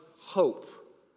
hope